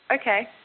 Okay